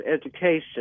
education